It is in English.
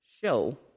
show